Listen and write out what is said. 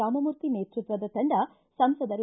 ರಾಮಮೂರ್ತಿ ನೇತೃತ್ವದ ತಂಡ ಸಂಸದರು